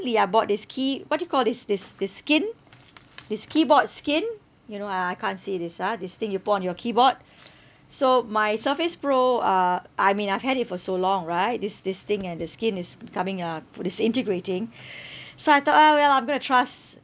I bought this key~ what do you call this this this skin this keyboard skin you know I I can't see this ah this thing you put on your keyboard so my Surface Pro uh I mean I've had it for so long right this this thing and the skin is becoming uh disintegrating so I thought orh well I'm going to trust